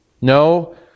No